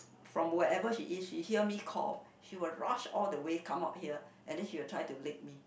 from whenever she is she hear me cough she will rush all the way come up here and then she will try to lick me